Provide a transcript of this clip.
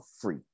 free